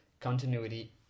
continuity